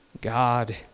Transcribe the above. God